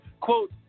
quote